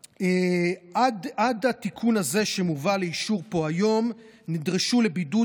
עד התיקון הזה שמובא לאישור פה היום נדרשו לבידוד